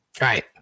Right